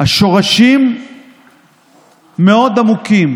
השורשים מאוד עמוקים.